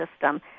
system